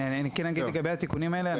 אני כן אגיד לגבי התיקונים האלה.